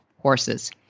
horses